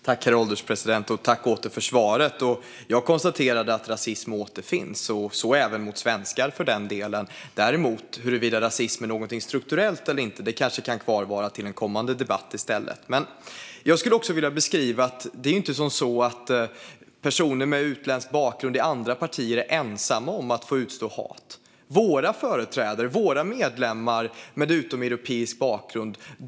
Herr ålderspresident! Jag tackar åter för svaret. Jag konstaterade att rasism återfinns, så även mot svenskar för den delen. Frågan huruvida rasism är någonting strukturellt eller inte kanske däremot kan kvarvara till en kommande debatt i stället. Jag skulle också vilja beskriva att det inte är som så att personer med utländsk bakgrund i andra partier är ensamma om att få utstå hat. Det gäller även våra företrädare och våra medlemmar med utomeuropeisk bakgrund.